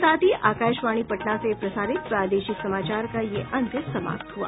इसके साथ ही आकाशवाणी पटना से प्रसारित प्रादेशिक समाचार का ये अंक समाप्त हुआ